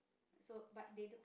so but they don't